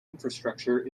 infrastructure